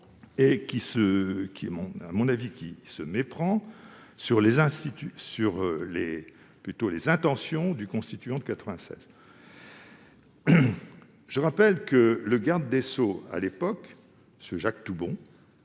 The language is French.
et qui, à mon avis, se méprend sur les intentions du constituant de 1996. Le garde des sceaux de l'époque, Jacques Toubon,